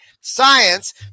science